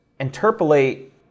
interpolate